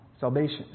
salvation